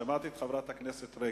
שמעתי את חברת הכנסת רגב.